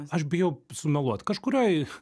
aš bijau sumeluot kažkurioj